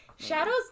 Shadows